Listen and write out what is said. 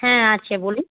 হ্যাঁ আছে বলুন